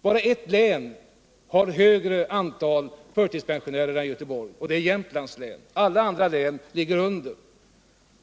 Bara ett län har högre antal förtidspensionärer än Göteborg, och det är Jämtlands län. Alla andra län ligger under.